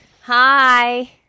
Hi